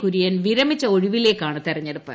കുര്യൻ വിരമിച്ച ഒഴിവിലേയ്ക്കാണ് തെരഞ്ഞെടുപ്പ്